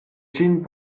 ĝin